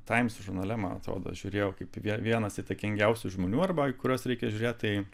taimso žurnale man atrodo žiūrėjau kaip vie vienas įtakingiausių žmonių arba į kuriuos reikia žiūrėti tai